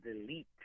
delete